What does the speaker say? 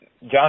John